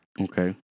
Okay